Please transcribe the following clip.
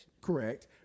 correct